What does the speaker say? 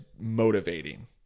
motivating